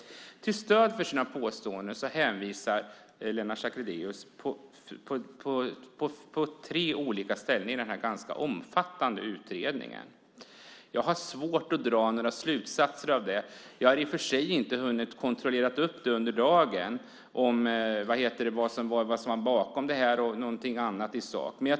Till stöd för sina påståenden hänvisar Lennart Sacrédeus till tre olika ställen i den ganska omfattande utredningen. Jag har svårt att dra några slutsatser av det. I och för sig har jag inte under dagen hunnit kontrollera vad som låg bakom detta och annat i sak.